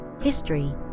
history